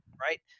Right